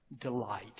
delight